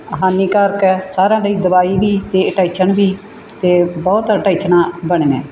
ਹਾਨੀਕਾਰਕ ਹੈ ਸਾਰਿਆਂ ਲਈ ਦਵਾਈ ਵੀ ਅਤੇ ਟੈਸ਼ਨ ਵੀ ਅਤੇ ਬਹੁਤ ਟੈਂਸ਼ਨਾਂ ਬਣੀਆਂ